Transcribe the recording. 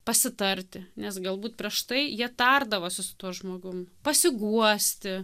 pasitarti nes galbūt prieš tai jie tardavosi su tuo žmogum pasiguosti